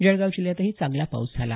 जळगाव जिल्ह्यातही चांगला पाऊस झाला